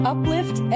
Uplift